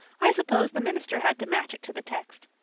i suppose the minister had to match it to the text.